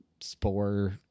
spore